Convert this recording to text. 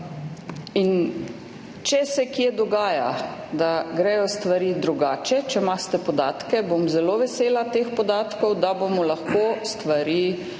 In če se kje dogaja, da gredo stvari drugače, če imate podatke, bom zelo vesela teh podatkov, da bomo lahko stvari uredili.